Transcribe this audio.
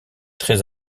très